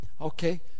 Okay